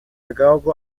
agahugu